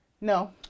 No